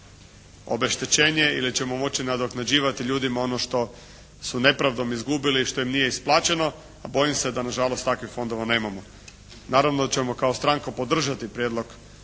obeštećenje ili ćemo moći nadoknađivati ljudima ono što su nepravdom izgubili, što im nije isplaćeno, a bojim se da na žalost takvih fondova nemamo. Naravno da ćemo kao stranka podržati prijedlog